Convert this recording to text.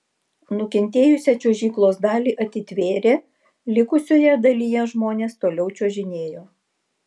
nukentėjusią čiuožyklos dalį atitvėrė likusioje dalyje žmonės toliau čiuožinėjo